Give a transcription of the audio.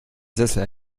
sessel